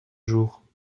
jours